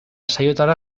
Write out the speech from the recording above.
saiotara